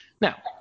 Now